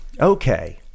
okay